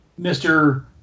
Mr